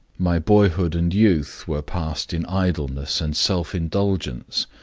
my boyhood and youth were passed in idleness and self-indulgence,